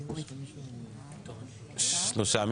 שלושה.